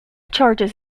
charges